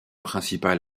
principal